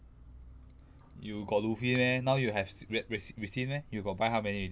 you got luffy meh now you have s~ re~ res~ resin meh you got buy how many